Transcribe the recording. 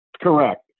Correct